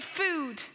food